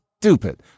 stupid